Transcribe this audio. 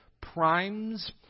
primes